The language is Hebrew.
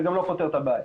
זה גם לא פותר את הבעיה.